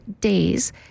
days